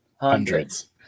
hundreds